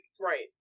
Right